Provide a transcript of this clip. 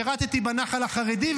שירתי בנח"ל החרדי,